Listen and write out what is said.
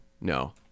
No